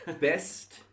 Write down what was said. Best